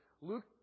Luke